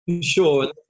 Sure